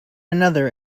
another